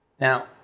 Now